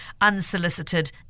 unsolicited